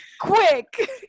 Quick